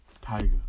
Tiger